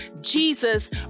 Jesus